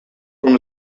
from